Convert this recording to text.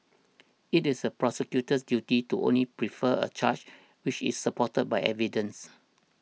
it is the prosecutor's duty to only prefer a charge which is supported by evidence